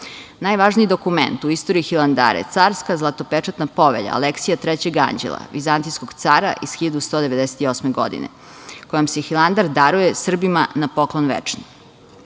bratstvo. Najvažniji dokument u istoriji Hilandara je Carska zlatopečatna povelja Aleksija III Anđela, vizantijskog cara iz 1198. godine, kojom se Hilandar daruje Srbima na poklon